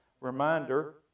Reminder